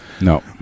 No